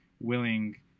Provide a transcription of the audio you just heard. willing